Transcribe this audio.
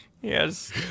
Yes